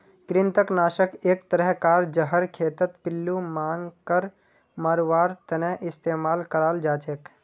कृंतक नाशक एक तरह कार जहर खेतत पिल्लू मांकड़ मरवार तने इस्तेमाल कराल जाछेक